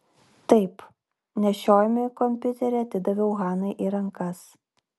taip nešiojamąjį kompiuterį atidaviau hanai į rankas